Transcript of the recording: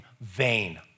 vain